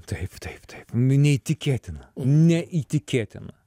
taip taip taip nu neįtikėtina neįtikėtina